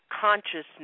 consciousness